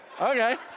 Okay